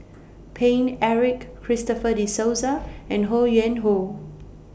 Paine Eric Christopher De Souza and Ho Yuen Hoe